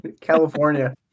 California